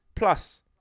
plus